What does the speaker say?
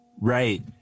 Right